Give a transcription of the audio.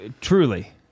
truly